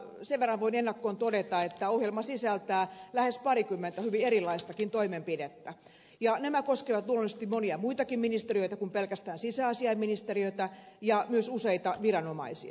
sen verran voin ennakkoon todeta että ohjelma sisältää lähes parikymmentä hyvin erilaistakin toimenpidettä ja nämä koskevat luonnollisesti monia muitakin ministeriöitä kuin pelkästään sisäasiainministeriötä ja myös useita viranomaisia